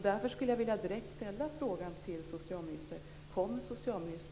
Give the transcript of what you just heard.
Därför skulle jag direkt vilja ställa följande fråga till socialministern: